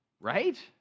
Right